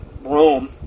Rome